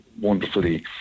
wonderfully